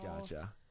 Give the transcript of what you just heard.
Gotcha